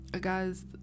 guys